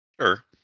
Sure